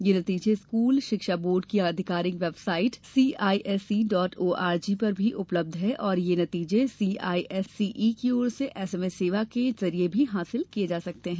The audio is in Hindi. ये नतीजे स्कूल शिक्षा बोर्ड की आधिकारिक बेवसाइट सीआईएसई डाट ओआरजी पर भी उपलब्ध हैं और ये नतीजे सीआईएससीई की ओर से एसएमएस सेवा के जरिए भी हासिल किए जा सकते हैं